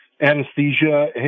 Anesthesia